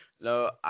No